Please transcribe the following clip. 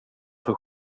för